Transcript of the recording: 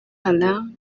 haram